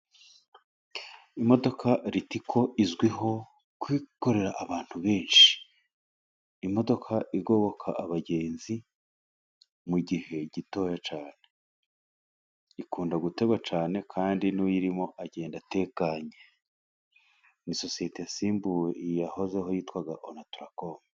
Imodoka Ritiko izwiho kwikorera abantu benshi. Imodoka igoboka abagenzi mu gihe gitoya cyane, Ikunda gutegwa cyane, kandi n'uyirimo agenda atekanye. Ni isosiyete yasimbuwe iyahozeho yitwaga Onatarakomo.